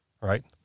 right